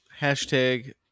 Hashtag